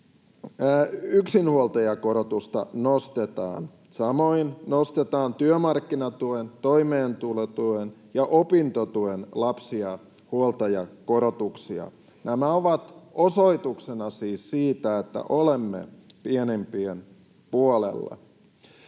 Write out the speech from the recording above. yksinhuoltajakorotusta nostetaan. Samoin nostetaan työmarkkinatuen, toimeentulotuen ja opintotuen lapsi- ja huoltajakorotuksia. Nämä ovat osoituksena siis siitä, että olemme pienempien puolella.